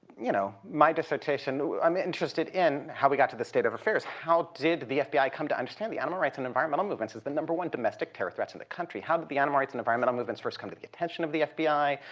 you know, my dissertation i'm interested in how we got to this state of affairs. how did the fbi come to understand the animal rights and environmental movements as the number one domestic terror threats in the country? how did the animal rights and environmental movements first come to the attention of the fbi?